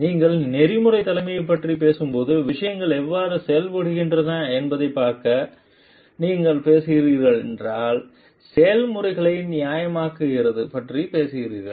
நீங்கள் நெறிமுறைத் தலைமையைப் பற்றி பேசும்போது விஷயங்கள் எவ்வாறு செய்யப்படுகின்றன என்பதைப் பார்க்க நீங்கள் பேசுகிறீர்கள் என்றால் செயல்முறைகளை நிறுவனமயமாக்கியது பற்றி பேசுகிறீர்கள்